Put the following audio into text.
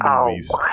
movies